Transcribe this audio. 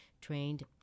trained